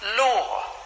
Law